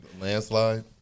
Landslide